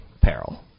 peril